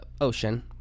ocean